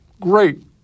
great